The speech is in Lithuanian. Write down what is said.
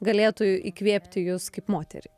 galėtų įkvėpti jus kaip moterį